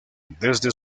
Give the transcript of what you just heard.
desde